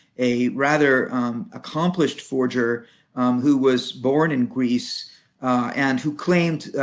a rather accomplished forger who was born in greece and who claimed